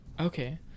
Okay